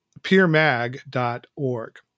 peermag.org